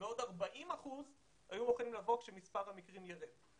ועוד 40 אחוזים היו מוכנים לבוא כשמספר המקרים ירד.